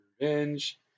Revenge